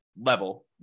level